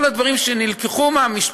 כל הדברים שנלקחו מהמשפט,